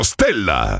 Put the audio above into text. Stella